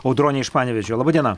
audronė iš panevėžio laba diena